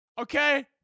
okay